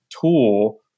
tool